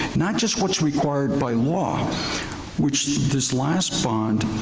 not just what's required by law which this last bond,